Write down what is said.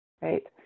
Right